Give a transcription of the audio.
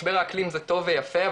משבר האקלים זה טוב ויפה,